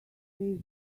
they